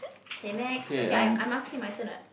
okay next okay I I'm asking my turn what